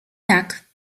tak